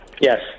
Yes